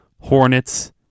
Hornets